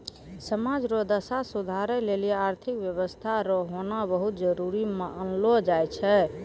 समाज रो दशा सुधारै लेली आर्थिक व्यवस्था रो होना बहुत जरूरी मानलौ जाय छै